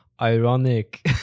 Ironic